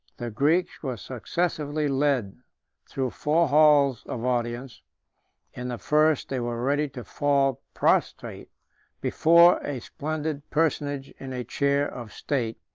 the greeks were successively led through four halls of audience in the first they were ready to fall prostrate before a splendid personage in a chair of state,